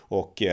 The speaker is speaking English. och